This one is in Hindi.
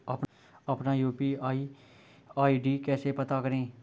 अपना यू.पी.आई आई.डी कैसे पता करें?